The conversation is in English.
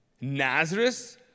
Nazareth